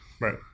Right